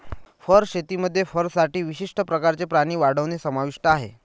fur शेतीमध्ये फरसाठी विशिष्ट प्रकारचे प्राणी वाढवणे समाविष्ट आहे